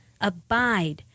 Abide